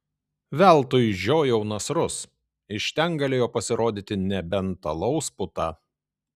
veltui žiojau nasrus iš ten galėjo pasirodyti nebent alaus puta